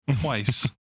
twice